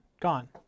gone